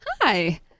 Hi